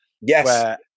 Yes